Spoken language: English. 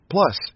Plus